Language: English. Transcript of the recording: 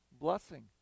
blessing